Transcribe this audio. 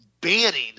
banning